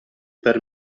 per